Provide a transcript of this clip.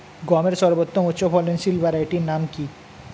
গমের সর্বোত্তম উচ্চফলনশীল ভ্যারাইটি নাম কি?